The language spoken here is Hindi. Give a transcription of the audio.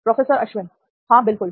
प्रोफेसर अश्विन हां बिल्कुल